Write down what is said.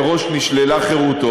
מראש נשללה חירותו,